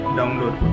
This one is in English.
download